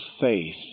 faith